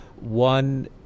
One